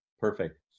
Perfect